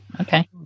Okay